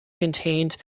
contained